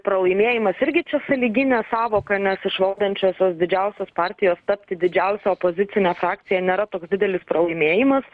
pralaimėjimas irgi čia sąlyginė sąvoka nes iš valdančiosios didžiausios partijos tapti didžiausia opozicine frakcija nėra toks didelis pralaimėjimas